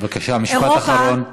בבקשה משפט אחרון.